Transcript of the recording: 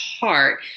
heart